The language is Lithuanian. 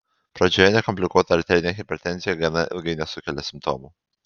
pradžioje nekomplikuota arterinė hipertenzija gana ilgai nesukelia simptomų